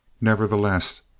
Nevertheless